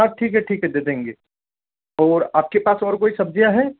हाँ ठीक है ठीक है दे देंगे और आपके पास और कोई सब्ज़ियाँ हैं